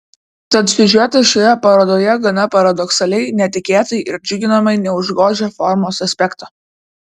tad siužetas šioje parodoje gana paradoksaliai netikėtai ir džiuginamai neužgožia formos aspekto